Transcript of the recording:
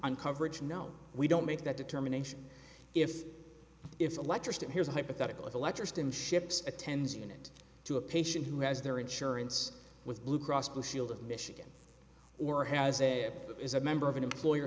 on coverage no we don't make that determination if it's electricity here's a hypothetical if electricity and ships a tens unit to a patient who has their insurance with blue cross blue shield of michigan or has a is a member of an employer